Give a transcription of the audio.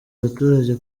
abaturage